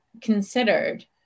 considered